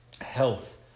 health